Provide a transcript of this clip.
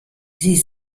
sie